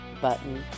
button